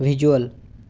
visual